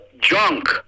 junk